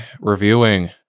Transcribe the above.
reviewing